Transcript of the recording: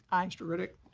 aye. mr. riddick.